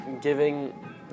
giving